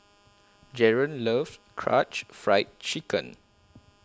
Jaron loves Karaage Fried Chicken